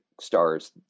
stars